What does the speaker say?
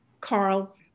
Carl